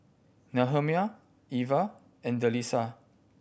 Nehemiah Ivah and Delisa